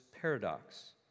paradox